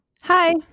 Hi